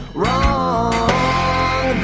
wrong